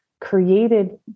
created